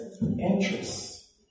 interests